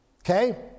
Okay